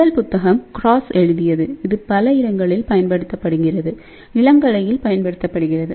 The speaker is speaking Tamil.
முதல் புத்தகம் க்ராஸ் எழுதியது இதுபல இடங்களில் பயன்படுத்தப்படுகிறது இளங்கலையில் பயன்படுத்தப்படுகிறது